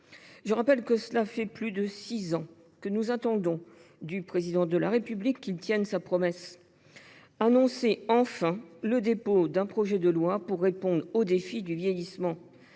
Je rappelle que cela fait plus de six ans que nous attendons du Président de la République qu’il tienne sa promesse : annoncer enfin le dépôt d’un projet de loi visant à répondre aux défis du vieillissement.